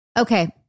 Okay